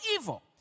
evil